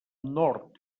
nord